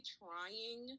trying